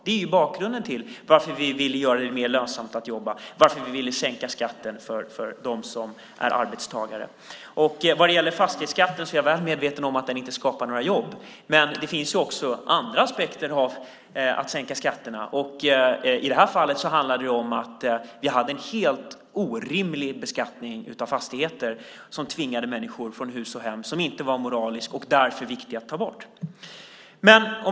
Det är bakgrunden till varför vi ville göra det mer lönsamt att jobba, varför vi ville sänka skatten för dem som är arbetstagare. Jag är väl medveten om att fastighetsskatten inte skapar några jobb, men det finns också andra aspekter av att sänka skatterna. I det här fallet handlar det om att det var en helt orimlig beskattning av fastigheter som tvingade människor från hus och hem, som inte var moralisk och därför viktig att ta bort.